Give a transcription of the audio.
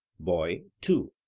boy two.